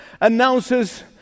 announces